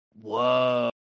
whoa